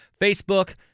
Facebook